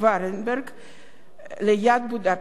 ליד בודפשט, 17 בינואר.